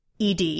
ED